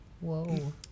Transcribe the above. Whoa